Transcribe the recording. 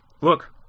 Look